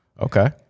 okay